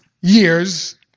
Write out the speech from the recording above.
years